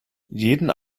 jeden